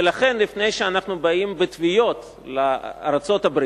ולכן לפני שאנחנו באים בתביעות לארצות-הברית